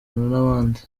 n’abandi